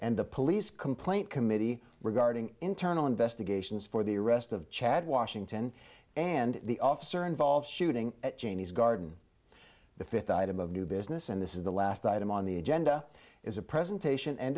and the police complaint committee regarding internal investigations for the arrest of chad washington and the officer involved shooting at cheney's garden the fifth item of new business and this is the last item on the agenda is a presentation and